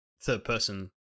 third-person